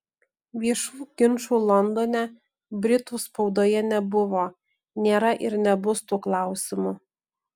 viešų ginčų londone britų spaudoje nebuvo nėra ir nebus tuo klausimu